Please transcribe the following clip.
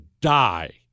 die